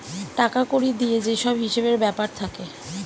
টাকা কড়ি দিয়ে যে সব হিসেবের ব্যাপার থাকে